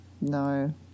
no